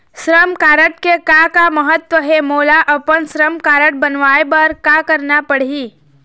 श्रम कारड के का महत्व हे, मोला अपन श्रम कारड बनवाए बार का करना पढ़ही?